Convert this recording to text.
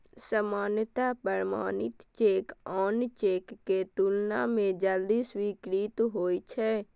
सामान्यतः प्रमाणित चेक आन चेक के तुलना मे जल्दी स्वीकृत होइ छै